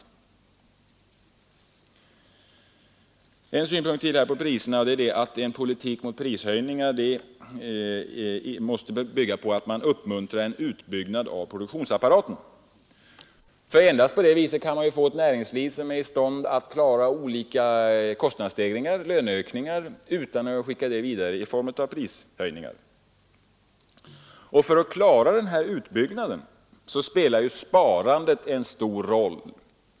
En tredje synpunkt i detta sammanhang är att en politik mot prishöjningar fordrar att man uppmuntrar en utbyggnad av produktionsapparaten. Endast på det sättet kan man få ett näringsliv som är i stånd att klara olika kostnadsstegringar och löneökningar utan att skicka dessa vidare i form av prishöjningar. För att åstadkomma denna utbyggnad spelar sparandet en stor roll.